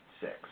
six